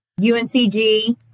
UNCG